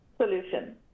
solution